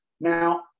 Now